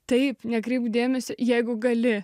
taip nekreipk dėmesio jeigu gali